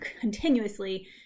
continuously